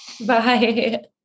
Bye